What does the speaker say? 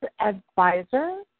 advisor